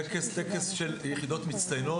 פעם בשנה אנחנו מקיימים טקס של יחידות מצטיינות,